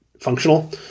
functional